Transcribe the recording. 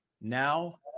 Now